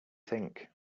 think